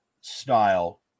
style